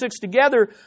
together